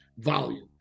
Volume